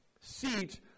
seat